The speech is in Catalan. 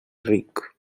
ric